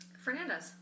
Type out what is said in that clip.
Fernandez